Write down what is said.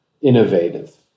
innovative